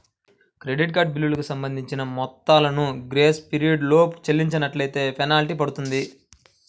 credit card బిల్లులకు సంబంధించిన మొత్తాలను గ్రేస్ పీరియడ్ లోపు చెల్లించనట్లైతే ఫెనాల్టీ పడుతుంది